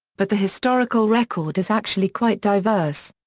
but the historical record is actually quite diverse.